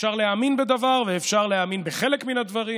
אפשר להאמין בדבר ואפשר להאמין בחלק מן הדברים,